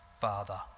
Father